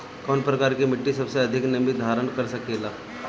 कौन प्रकार की मिट्टी सबसे अधिक नमी धारण कर सकेला?